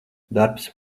darbs